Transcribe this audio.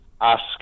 ask